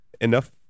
enough